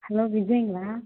hello விஜயங்களா